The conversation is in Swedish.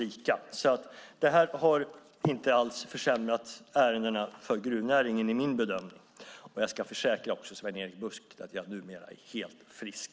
Min bedömning är att det här inte alls har försämrat ärendena för gruvnäringen. Jag försäkrar Sven-Erik Bucht att jag numera är helt frisk.